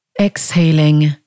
Exhaling